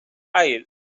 eyes